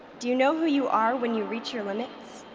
do you know who you are when you reach your limits?